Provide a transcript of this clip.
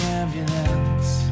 ambulance